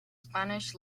spanish